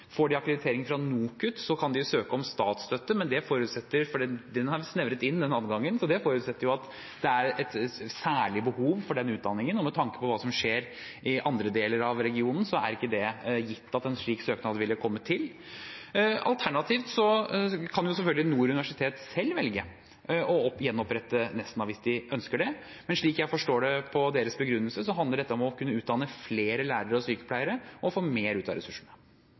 Får de akkreditering fra NOKUT, kan de søke om statsstøtte, men den adgangen har vi snevret inn, så det forutsetter at det er et særlig behov for den utdanningen. Med tanke på hva som skjer i andre deler av regionen, er det ikke gitt at en slik søknad ville kommet til. Alternativt kan selvfølgelig Nord universitet selv velge å gjenopprette Nesna hvis de ønsker det, men slik jeg forstår det ut fra deres begrunnelse, handler dette om å kunne utdanne flere lærere og sykepleiere og få mer ut av ressursene.